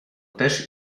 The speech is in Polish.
też